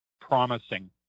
promising